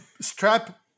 strap